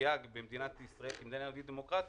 כפגיעה במדינת ישראל כמדינה יהודית ודמוקרטית,